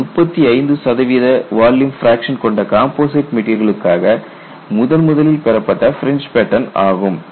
இதுவே 35 சதவீத volume fraction கொண்ட காம்போசிட் மெட்டீரியலுக்காக முதன் முதலில் பெறப்பட்ட பிரின்ஜ் பேட்டன் ஆகும்